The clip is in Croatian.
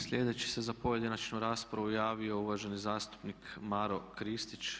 Sljedeći se za pojedinačnu raspravu javio uvaženi zastupnik Maro Kristić.